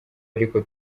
ariko